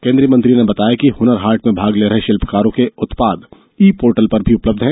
केन्द्रीय मंत्री ने बताया कि हनर हाट में भाग ले रहे शिल्पकारों के उत्पाद ई पोर्टल पर भी उपलब्ध हैं